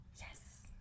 Yes